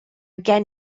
gen